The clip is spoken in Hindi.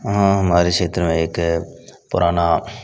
हाँ हमारे क्षेत्र में एक पुराना